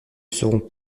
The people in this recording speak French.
seront